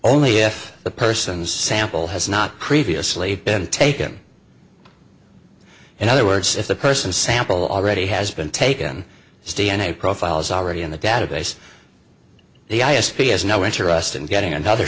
only if the persons sample has not previously been taken in other words if the person sample already has been taken his d n a profile is already in the database the i s p has no interest in getting another